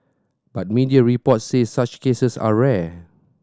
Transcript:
but media reports say such cases are rare